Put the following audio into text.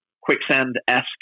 Quicksand-esque